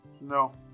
No